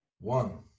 One